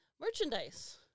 merchandise